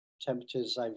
temperatures